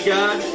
God